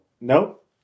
Nope